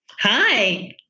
Hi